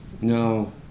No